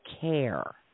care